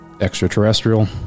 extraterrestrial